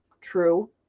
True